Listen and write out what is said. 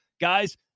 Guys